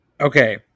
okay